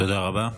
תודה רבה.